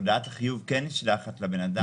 הודעת החיוב כן נשלחת לאדם.